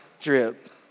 drip